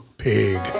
pig